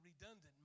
redundant